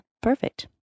perfect